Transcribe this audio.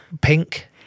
Pink